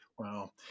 Wow